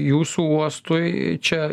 jūsų uostui čia